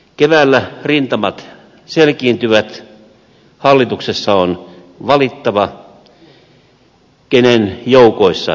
keväällä rintamat selkiintyvät hallituksessa on valittava kenen joukoissa seisoa